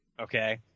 okay